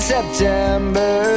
September